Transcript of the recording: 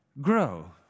grow